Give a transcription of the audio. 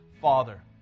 Father